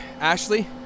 Ashley